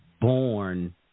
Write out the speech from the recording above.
born